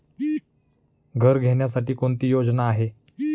घर घेण्यासाठी कोणती योजना आहे?